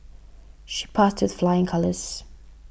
she passed with flying colours